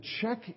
check